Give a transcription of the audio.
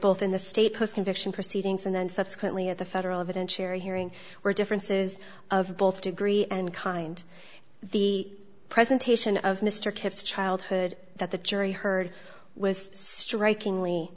both in the state post conviction proceedings and then subsequently at the federal evidence cherry hearing where differences of both degree and kind the presentation of mr kipps childhood that the jury heard was striking